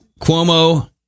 Cuomo